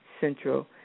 Central